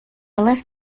left